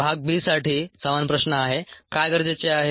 भाग b साठी समान प्रश्न आहे काय गरजेचे आहे